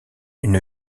une